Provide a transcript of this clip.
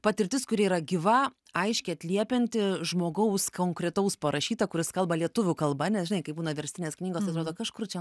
patirtis kuri yra gyva aiškiai atliepianti žmogaus konkretaus parašyta kuris kalba lietuvių kalba nes žinai kaip būna verstinės knygos atrodo kažkur čia